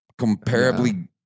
comparably